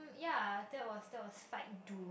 ya that was that was fight dual